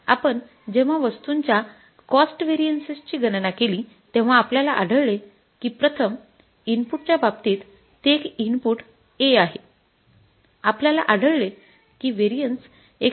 आपण जेव्हा वस्तूंच्या कॉस्ट व्हेरिएन्सची गणना केली तेव्हा आपल्याला आढळले की प्रथम इनपुटच्या बाबतीत ते एक इनपुट A आहे आपल्याला आढळले की व्हेरिएन्स १९८